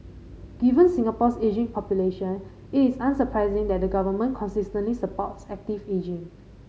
given Singapore's ageing population it is unsurprising that the government consistently supports active ageing